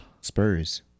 Spurs